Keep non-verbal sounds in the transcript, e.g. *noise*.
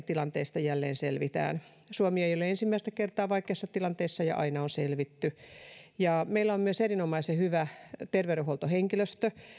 *unintelligible* tilanteesta jälleen selvitään suomi ei ole ensimmäistä kertaa vaikeassa tilanteessa ja aina on selvitty meillä on myös erinomaisen hyvä terveydenhuoltohenkilöstö